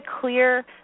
clear